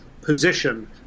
position